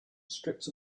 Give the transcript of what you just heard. strips